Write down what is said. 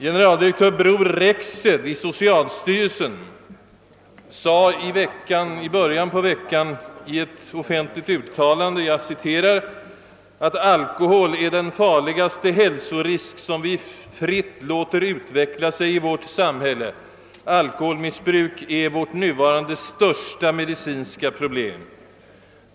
Generaldirektör Bror Rexed i socialstyrelsen sade i början på veckan i ett offentligt uttalande att alkohol är den farligaste hälsorisk som vi fritt låter utveckla sig i vårt samhälle; alkoholmissbruk är vårt nuvarande största medicinska problem.